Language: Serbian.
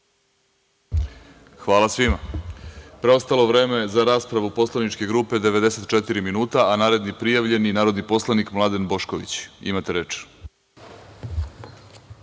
Hvala svima. Preostalo vreme za raspravu poslaničke grupe 94 minuta, a naredni prijavljeni, narodni poslanik Mladen Bošković. Imate reč.